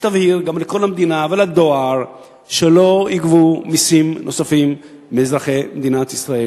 שתבהיר גם לכל המדינה ולדואר שלא יגבו מסים נוספים מאזרחי מדינת ישראל.